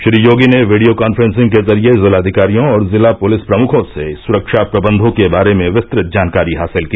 श्री योगी ने video conferencing के जरिये जिलाधिकारियों और जिला पुलिस प्रमुखों से सुरक्षा प्रबंघों के बारे में विस्तृत जानकारी हासिल की